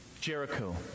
jericho